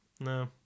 no